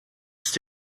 ist